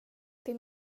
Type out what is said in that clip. till